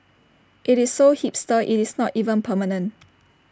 IT is so hipster IT is not even permanent